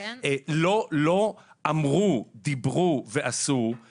יש עוד מגוון רחב של דברים שצריך לעשות על מנת